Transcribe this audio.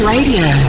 Radio